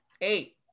eight